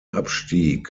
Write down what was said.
abstieg